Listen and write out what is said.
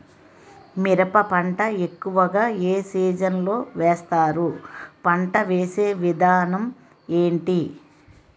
మిరప పంట ఎక్కువుగా ఏ సీజన్ లో వేస్తారు? పంట వేసే విధానం ఎంటి?